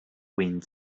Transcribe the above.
wind